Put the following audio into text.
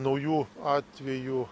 naujų atvejų